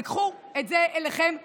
וקחו את זה אליכם לטיפול.